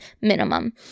minimum